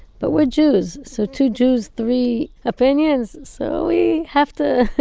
but we're jews. so two jews, three opinions? so we have to,